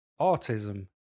autism